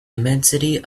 immensity